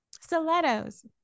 Stilettos